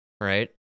right